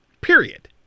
Period